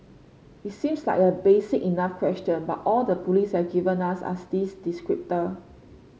it seems like a basic enough question but all the police have given us are these descriptor